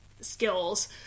skills